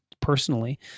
personally